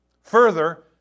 further